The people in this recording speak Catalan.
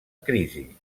crisi